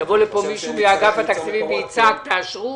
יבוא לפה מישהו מאגף התקציבים ויצעק תאשרו?